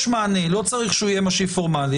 יש מענה, לא צריך שהוא יהיה משיב פורמלי.